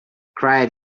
cried